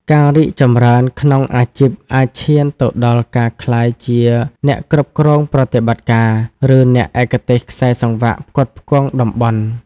ការរីកចម្រើនក្នុងអាជីពអាចឈានទៅដល់ការក្លាយជាអ្នកគ្រប់គ្រងប្រតិបត្តិការ ឬអ្នកឯកទេសខ្សែសង្វាក់ផ្គត់ផ្គង់តំបន់។